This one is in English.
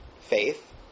Faith